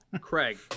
Craig